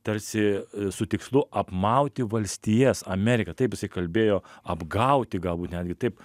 tarsi su tikslu apmauti valstijas ameriką taip jisai kalbėjo apgauti galbūt netgi taip